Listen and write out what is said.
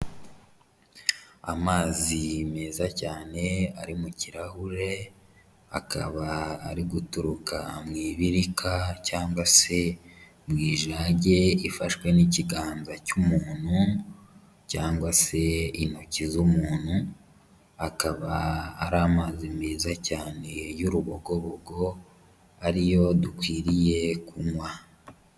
Amazi meza cyane ari mu kirahure, akaba ari guturuka mu ibirika cyangwa se mu ijage ifashwe n'ikiganza cy'umuntu cyangwa se intoki z'umuntu, akaba ari amazi meza cyane y'urubogobogo ari yo dukwiriye kunywa.